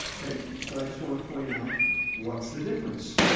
but, i just wanna point out what's the difference.